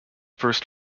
first